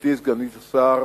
גברתי סגנית השר,